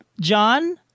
John